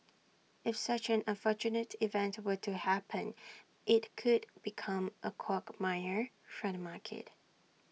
if such an unfortunate event were to happen IT could become A quagmire for the market